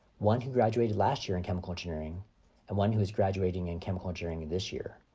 one who graduated last year in chemical engineering and one who is graduating in chemical engineering this year,